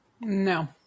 no